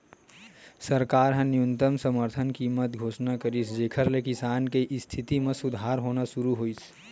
सरकार ह न्यूनतम समरथन कीमत घोसना करिस जेखर ले किसान के इस्थिति म सुधार होना सुरू होइस